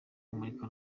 kumurika